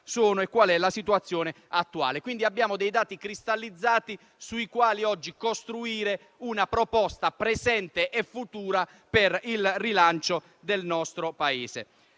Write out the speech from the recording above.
sono e qual è la situazione attuale. Abbiamo dati cristallizzati, sui quali oggi costruire una proposta presente e futura per il rilancio del nostro Paese.